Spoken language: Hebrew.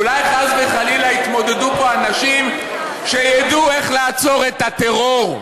אולי חס וחלילה יתמודדו פה אנשים שידעו איך לעצור את הטרור,